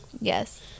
Yes